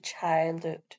childhood